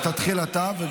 תתחיל אתה.